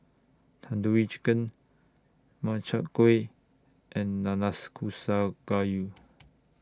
Tandoori Chicken Makchang Gui and Gayu